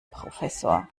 professor